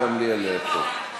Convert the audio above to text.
השרה גמליאל פה.